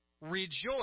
rejoice